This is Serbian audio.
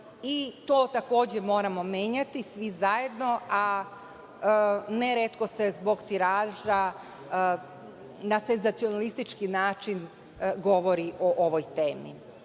i to takođe moramo menjati svi zajedno, a neretko se zbog tiraža na senzacionalistički način govori o ovoj temi. Moram